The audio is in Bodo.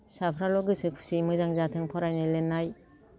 फिसाफ्राल' गोसो खुसि मोजां जाथों फरायनो लिरनाय